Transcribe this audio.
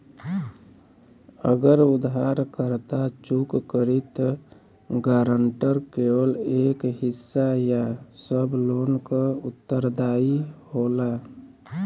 अगर उधारकर्ता चूक करि त गारंटर केवल एक हिस्सा या सब लोन क उत्तरदायी होला